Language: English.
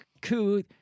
coup